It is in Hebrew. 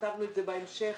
וכתבנו את זה בהמשך,